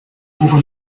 uhren